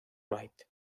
wright